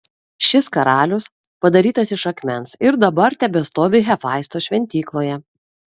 šis karalius padarytas iš akmens ir dabar tebestovi hefaisto šventykloje